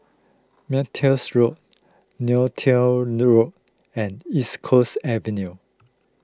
Montreals Road Neo Tiew Road and East Coast Avenue